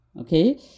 Okay